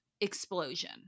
explosion